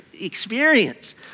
experience